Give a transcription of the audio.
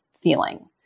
feeling